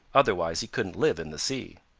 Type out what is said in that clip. otherwise he couldn't live in the sea.